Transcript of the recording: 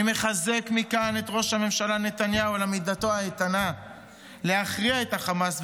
אני מחזק מכאן את ראש הממשלה נתניהו על עמידתו האיתנה להכריע את החמאס,